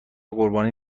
قربانی